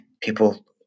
people